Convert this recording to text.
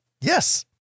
Yes